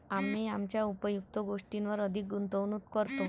आम्ही आमच्या उपयुक्त गोष्टींवर अधिक गुंतवणूक करतो